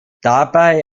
dabei